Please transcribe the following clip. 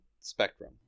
spectrum